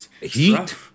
Heat